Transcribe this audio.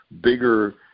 bigger